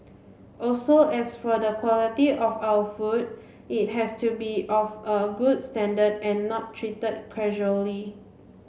also as for the quality of our food it has to be of a good standard and not treated casually